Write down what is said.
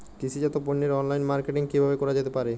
কৃষিজাত পণ্যের online marketing কিভাবে করা যেতে পারে?